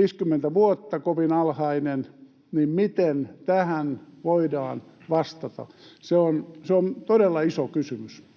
50 vuotta, niin miten tähän voidaan vastata. Se on todella iso kysymys.